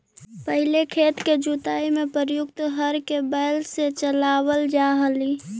पहिले खेत के जुताई में प्रयुक्त हर के बैल से चलावल जा हलइ